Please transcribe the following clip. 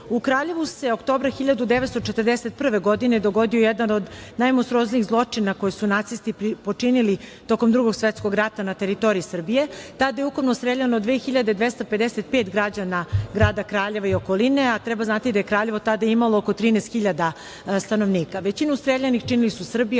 Kraljevu se oktobra 1941. godine dogodio jedan od najmonstruoznijih zločina koji su nacisti počinili tokom Drugog svetskog rata na teritoriji Srbije. Tada je ukupno streljano 2.255 građana grada Kraljeva i okoline, a treba znati da je Kraljevo tada imalo oko 13.000 stanovnika. Većinu streljanih činili su Srbi,